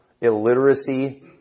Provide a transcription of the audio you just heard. illiteracy